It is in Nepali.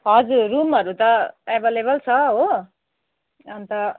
हजुर रुमहरू त एभाइलेबल छ हो अन्त